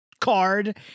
card